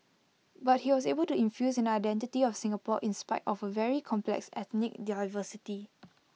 but he was able to infuse an identity of Singapore in spite of A very complex ethnic diversity